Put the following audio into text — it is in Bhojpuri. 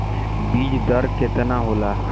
बीज दर केतना होला?